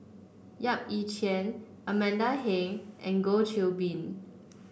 Yap Ee Chian Amanda Heng and Goh Qiu Bin